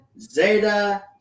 Zeta